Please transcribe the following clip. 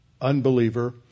unbeliever